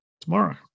tomorrow